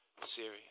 Syria